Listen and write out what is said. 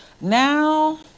Now